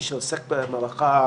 אני אסביר למה הכוונה,